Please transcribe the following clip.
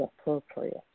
appropriate